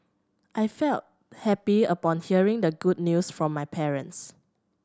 I felt happy upon hearing the good news from my parents